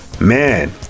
Man